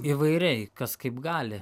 įvairiai kas kaip gali